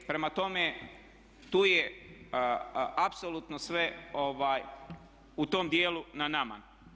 Prema tome, tu je apsolutno sve u tom dijelu na nama.